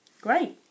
Great